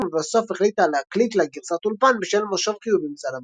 ולבסוף החליטה להקליט לה גרסת אולפן בשל משוב חיובי מצד המעריצים.